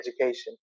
education